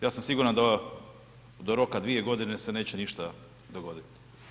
Ja sam siguran da do roka 2 godine se neće ništa dogoditi.